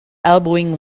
elbowing